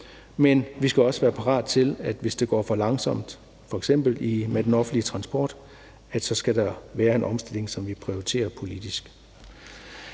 men vi skal også være parate til, at hvis det går for langsomt, f.eks. med den offentlige transport, så skal der være en omstilling, som vi prioriterer politisk.